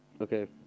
Okay